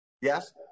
Yes